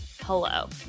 hello